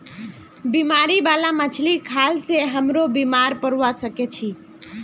बीमारी बाला मछली खाल से हमरो बीमार पोरवा सके छि